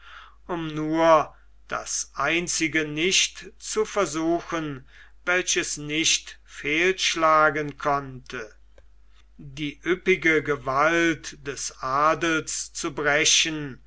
um nur das einzige nicht zu versuchen welches nicht fehlschlagen konnte die üppige gewalt des adels zu brechen